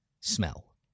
smell